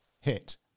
hit